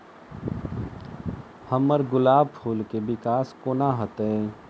हम्मर गुलाब फूल केँ विकास कोना हेतै?